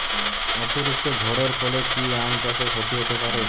অতিরিক্ত ঝড়ের ফলে কি আম চাষে ক্ষতি হতে পারে?